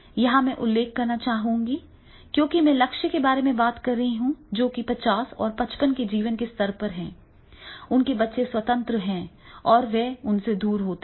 यहां मैं उल्लेख करना चाहूंगा क्योंकि मैं लक्ष्य के बारे में बात कर रहा हूं जो कि 50 और 55 के जीवन स्तर पर है जब बच्चे स्वतंत्र होते हैं और वे आपसे दूर होते हैं